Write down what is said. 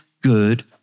good